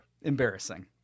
Embarrassing